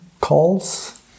calls